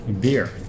beer